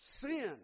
sin